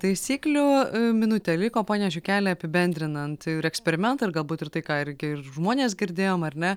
taisyklių minutė liko pone žiukeli apibendrinant ir eksperimentą ir galbūt ir tai ką irgi žmonės girdėjom ar ne